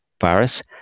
virus